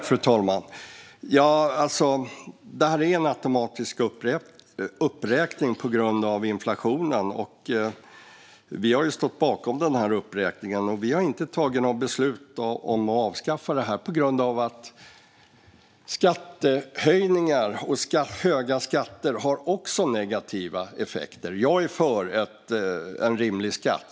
Fru talman! Detta är en automatisk uppräkning på grund av inflationen, och vi har stått bakom uppräkningen. Vi har inte tagit något beslut om att avskaffa den, därför att även skattehöjningar och höga skatter har negativa effekter. Jag är för en rimlig skattenivå.